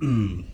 mm